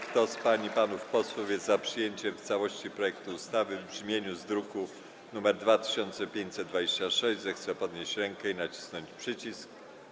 Kto z pań i panów posłów jest za przyjęciem w całości projektu ustawy w brzmieniu z druku nr 2526, zechce podnieść rękę i nacisnąć przycisk.